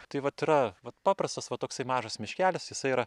tai vat yra vat paprastas va toksai mažas miškelis jisai yra